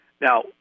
Now